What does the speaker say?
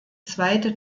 zweite